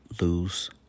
Lose